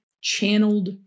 Channeled